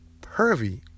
pervy